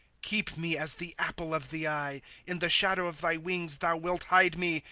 keep me as the apple of the eye in the shadow of thy wings thou wilt hide me,